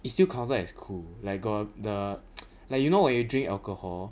it's still counted as cool like the like you know you drink alcohol